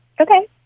Okay